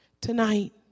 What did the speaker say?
Tonight